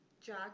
Jack